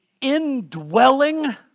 indwelling